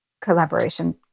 collaboration